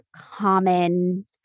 common